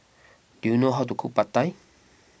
do you know how to cook Pad Thai